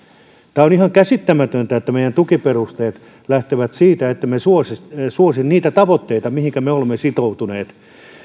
tämä on ihan käsittämätöntä että meidän tukiperusteet lähtevät siitä että me emme suosi niitä tavoitteita mihinkä me olemme sitoutuneet